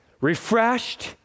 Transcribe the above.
refreshed